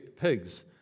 pigs